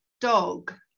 dog